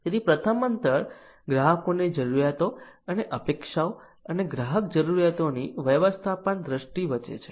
તેથી પ્રથમ અંતર ગ્રાહકોની જરૂરિયાતો અને અપેક્ષાઓ અને ગ્રાહક જરૂરિયાતોની વ્યવસ્થાપન દ્રષ્ટિ વચ્ચે છે